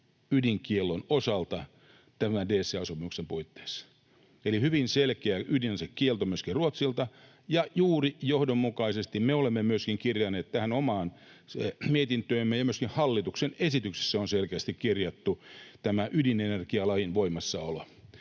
ydinkiellon osalta tämän DCA-sopimuksen puitteissa. Eli hyvin selkeä ydinasekielto myöskin Ruotsilta, ja juuri johdonmukaisesti me olemme myöskin kirjanneet tähän omaan mietintöömme ja myöskin hallituksen esityksessä on selkeästi kirjattu tämä ydinenergialain voimassaolo.